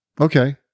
Okay